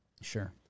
Sure